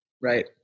Right